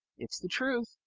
it's the truth.